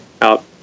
out